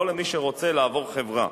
לא למי שרוצה לעבור חברה.